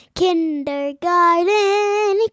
kindergarten